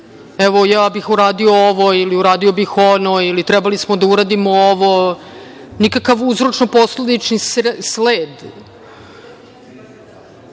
evo, ja bih uradio ovo ili uradio bih ono ili trebali smo da uradimo ovo, nikakav uzročno posledični sled. Kada